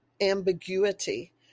ambiguity